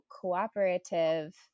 cooperative